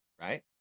right